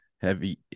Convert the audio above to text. heavy